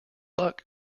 luck